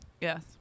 Yes